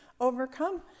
overcome